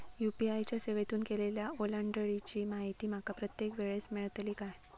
UPI च्या सेवेतून केलेल्या ओलांडाळीची माहिती माका प्रत्येक वेळेस मेलतळी काय?